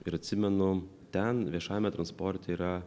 ir atsimenu ten viešajame transporte yra